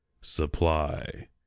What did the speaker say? Supply